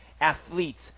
athletes